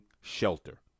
shelter